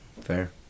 Fair